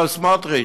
הרב סמוטריץ?